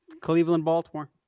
Cleveland-Baltimore